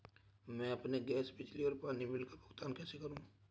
मैं अपने गैस, बिजली और पानी बिल का भुगतान कैसे करूँ?